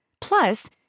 Plus